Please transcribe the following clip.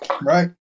right